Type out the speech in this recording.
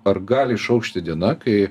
ar gali išaušti diena kai